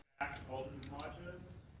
alderman hodges